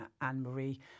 Anne-Marie